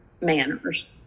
manners